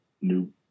new